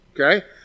okay